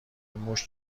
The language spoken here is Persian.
موش